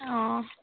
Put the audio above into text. অঁ